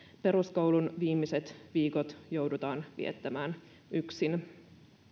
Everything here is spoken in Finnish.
peruskoulun viimeiset viikot joudutaan viettämään yksin